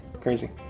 Crazy